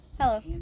Hello